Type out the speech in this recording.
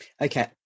Okay